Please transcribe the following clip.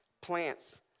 plants